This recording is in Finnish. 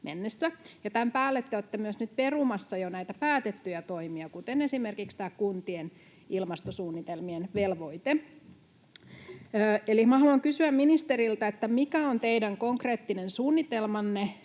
tämän päälle te olette nyt myös perumassa jo päätettyjä toimia, kuten esimerkiksi tämä kuntien ilmastosuunnitelmien velvoite. Eli haluan kysyä ministeriltä: mikä on teidän konkreettinen suunnitelmanne